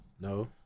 no